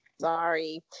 Sorry